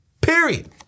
Period